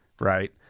Right